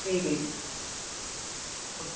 ਠੀਕ ਹੈ ਜੀ ਓਕੇ